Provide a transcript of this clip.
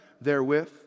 therewith